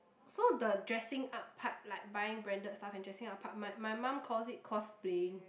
so the dressing up part like buying branded stuff and dressing up part my my mum calls it cosplaying